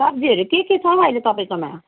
सब्जीहरू के के छ हौ अहिले तपाईँकोमा